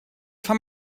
von